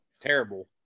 Terrible